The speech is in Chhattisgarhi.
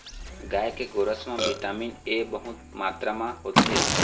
गाय के गोरस म बिटामिन ए बहुत मातरा म होथे